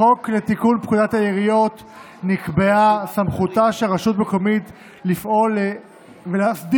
בחוק לתיקון פקודת העיריות נקבעה סמכותה של רשות מקומית לפעול ולהסדיר